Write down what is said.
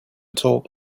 talk